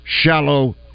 shallow